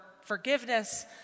forgiveness